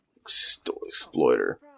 Exploiter